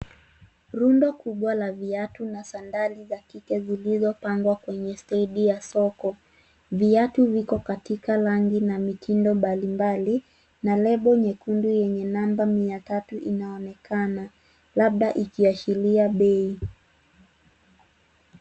Rundo kubwa la viatu na sandali za kike zilizopangwa kwenye stendi ya soko. Viatu viko katika rangi na mtindo mbali mbali, na lebo nyekundu yenye namba mia tatu inaonekana, labda ikiashiria bei.